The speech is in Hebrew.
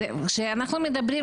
אבל אם אנחנו מדברים,